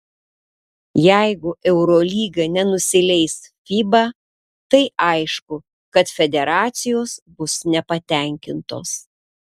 jeigu eurolyga nenusileis fiba tai aišku kad federacijos bus nepatenkintos